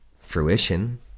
fruition